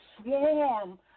swarm